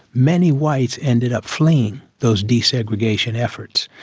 many whites ended up fleeing those desegregation efforts.